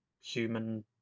human